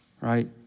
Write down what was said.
right